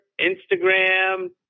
Instagram